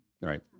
Right